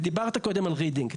דיברת קודם על רידינג.